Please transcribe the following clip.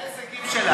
זה הישגים שלה.